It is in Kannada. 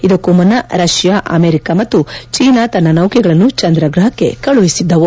ಇದಕ್ಕೂ ಮುನ್ನ ರಷ್ಣಾ ಅಮೆರಿಕ ಮತ್ತು ಚೀನಾ ತನ್ನ ನೌಕೆಗಳನ್ನು ಚಂದ್ರ ಗ್ರಹಕ್ಕೆ ಕಳುಹಿಸಿದ್ದವು